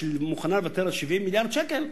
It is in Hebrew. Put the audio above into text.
ומוכנה לוותר על 70 מיליארד שקל,